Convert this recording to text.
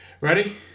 Ready